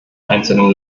einzelnen